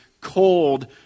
cold